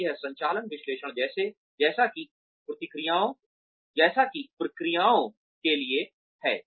तो यह संचालन विश्लेषण जैसा कि प्रक्रियाओं के लिए है